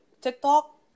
TikTok